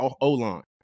O-line